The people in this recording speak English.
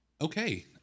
Okay